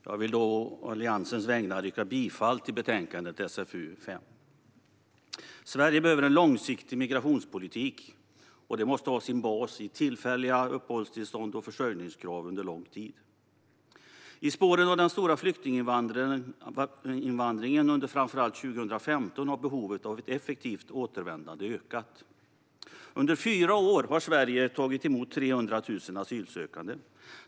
Herr talman! Jag vill å Alliansens vägnar yrka bifall till utskottets förslag i betänkandet SfU5. Sverige behöver en långsiktig migrationspolitik, och det måste ha sin bas i tillfälliga uppehållstillstånd och försörjningskrav under lång tid. I spåren av den stora flyktinginvandringen under framför allt 2015 har behovet av ett effektivt återvändande ökat. Under fyra år har Sverige tagit emot 300 000 asylsökande.